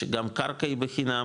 שגם קרקע היא בחינם,